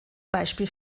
beispiel